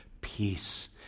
peace